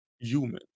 human